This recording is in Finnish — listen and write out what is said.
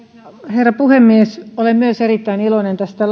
herra puhemies olen myös erittäin iloinen tästä